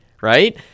right